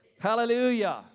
Hallelujah